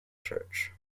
church